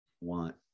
want